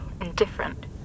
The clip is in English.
indifferent